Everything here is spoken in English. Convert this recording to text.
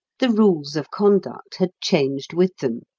the rules of conduct had changed with them.